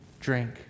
drink